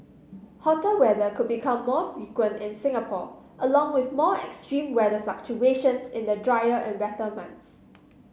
hotter weather could become more frequent in Singapore along with more extreme weather fluctuations in the drier and wetter months